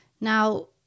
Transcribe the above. Now